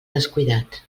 descuidat